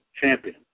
champion